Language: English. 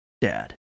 Dad